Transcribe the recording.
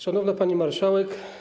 Szanowna Pani Marszałek!